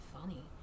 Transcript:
funny